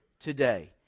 today